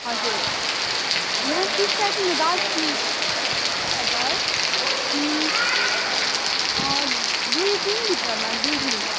हजुर यहाँ टिस्टादेखिको दार्जिलिङ हजुर दुई दिनभित्रमा दुई दिन